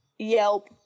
yelp